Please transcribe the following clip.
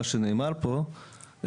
מה שנאמר פה,